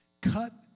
Cut